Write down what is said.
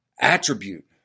attribute